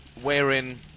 wherein